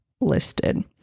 listed